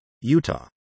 Utah